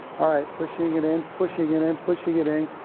all right, pushing it in, pushing it in, pushing it in